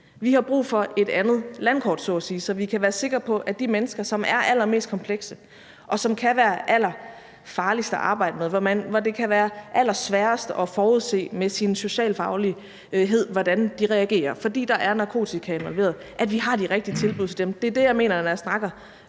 Vi har brug for et andet landkort så at sige, så vi kan være sikre på, at vi har de rigtige tilbud til de mennesker, som er allermest komplekse, og som det kan være allerfarligst at arbejde med, og som det kan være allersværest at forudse med sin socialfaglighed hvordan reagerer, fordi der er narkotika involveret. Det er det, jeg mener, når jeg snakker